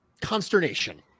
consternation